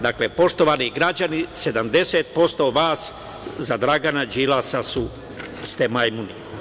Dakle, poštovani građani, 70% vas za Dragana Đilasa ste majmuni.